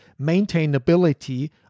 maintainability